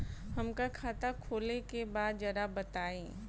हमका खाता खोले के बा जरा बताई?